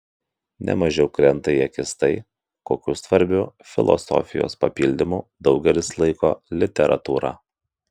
ne mažiau krinta į akis tai kokiu svarbiu filosofijos papildymu daugelis laiko literatūrą